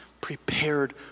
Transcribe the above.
prepared